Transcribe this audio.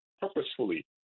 purposefully